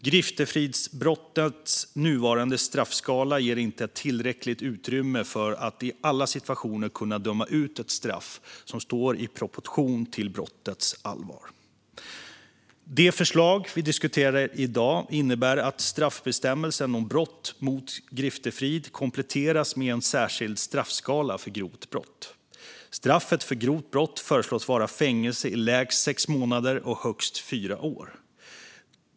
Griftefridsbrottets nuvarande straffskala ger inte tillräckligt utrymme för att i alla situationer kunna döma ut ett straff som står i proportion till brottets allvar. Det förslag vi diskuterar i dag innebär att straffbestämmelsen om brott mot griftefrid kompletteras med en särskild straffskala för grovt brott. Straffet för grovt brott föreslås vara fängelse i lägst sex månader och högst fyra år.